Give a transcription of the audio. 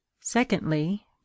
Secondly